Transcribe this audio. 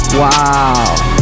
wow